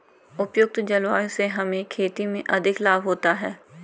उपयुक्त जलवायु से हमें खेती में अधिक लाभ होता है